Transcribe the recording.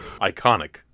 Iconic